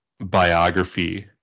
biography